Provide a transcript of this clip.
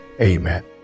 amen